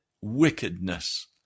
wickedness